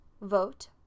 vote